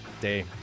day